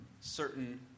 certain